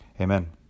amen